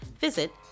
visit